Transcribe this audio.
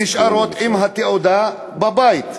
נשארות עם התעודה בבית.